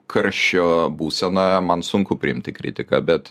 karščio būsenoje man sunku priimti kritiką bet